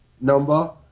number